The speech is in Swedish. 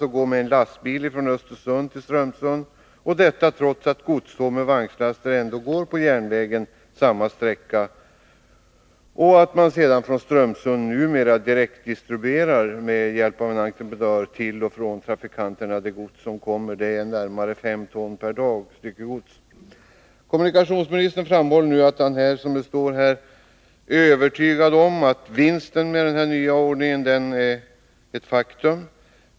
Godset skall forslas med lastbil från Östersund till Strömsund, detta trots att godståg med vagnslaster ändå går samma sträcka på järnvägen och trots att man numera från Strömsund med hjälp av en entreprenör direkt distribuerar till och från företagen det gods som fraktas — det rör sig om närmare 5 ton styckegods per dag. Kommunikationsministern framhåller i svaret att han är ”övertygad om” att vinsten med den nya ordningen är ett faktum.